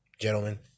Gentlemen